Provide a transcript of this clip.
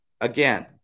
again